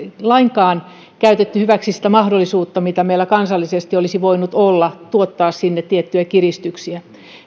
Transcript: lainkaan käyttäneet hyväksi sitä mahdollisuutta mikä meillä kansallisesti olisi voinut olla tuottaa sinne tiettyjä kiristyksiä